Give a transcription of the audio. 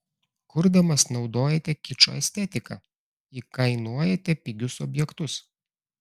kurdamas naudojate kičo estetiką įkainojate pigius objektus